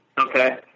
Okay